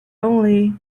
only